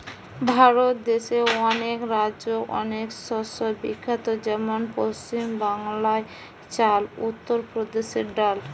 ভারত দেশে অনেক রাজ্যে অনেক শস্য বিখ্যাত যেমন পশ্চিম বাংলায় চাল, উত্তর প্রদেশে ডাল